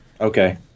Okay